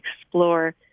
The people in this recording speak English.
explore